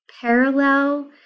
parallel